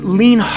lean